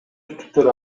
түтүктөр